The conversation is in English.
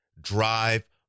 drive